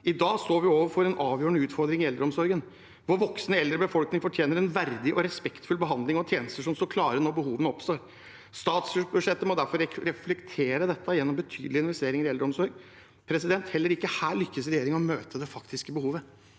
I dag står vi overfor en avgjørende utfordring i eldreomsorgen. Vår voksende eldre befolkning fortjener en verdig og respektfull behandling og tjenester som står klare når behovene oppstår. Statsbudsjettet må derfor reflektere dette gjennom betydelige investeringer i eldreomsorg. Heller ikke her lykkes regjeringen å møte det faktiske behovet.